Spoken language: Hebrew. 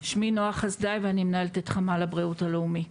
אני מנהלת את חמ"ל הבריאות הלאומי.